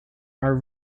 are